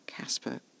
Casper